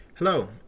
Hello